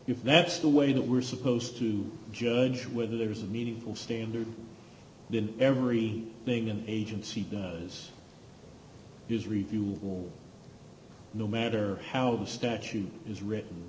that's the way that we're supposed to judge whether there's a meaningful standard in every thing an agency does is review will no matter how the statute is written